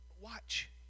Watch